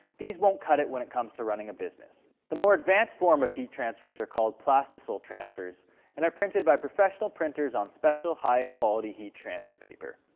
these won't cut it when it comes to running a business. the more advanced form of heat transfers are called plastisol transfers and are printed by professional printers on special, high quality heat transfer paper.